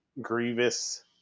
Grievous